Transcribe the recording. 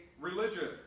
religion